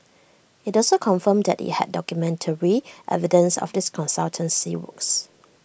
IT also confirmed that IT had documentary evidence of these consultancy works